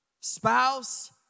spouse